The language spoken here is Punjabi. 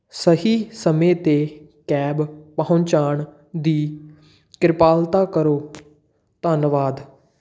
ਸਹੀ ਸਮੇਂ 'ਤੇ ਕੈਬ ਪਹੁੰਚਾਉਣ ਦੀ ਕਿਰਪਾਲਤਾ ਕਰੋ ਧੰਨਵਾਦ